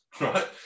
right